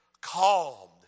calmed